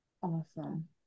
awesome